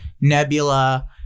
Nebula